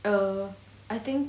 err I think